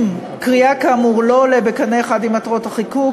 אם קריאה כאמור לא עולה בקנה אחד עם מטרות החיקוק,